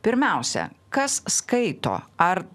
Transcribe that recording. pirmiausia kas skaito ar